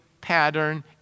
pattern